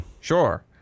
Sure